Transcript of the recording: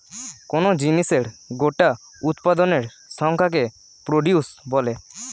কোন জিনিসের গোটা উৎপাদনের সংখ্যাকে প্রডিউস বলে